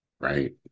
right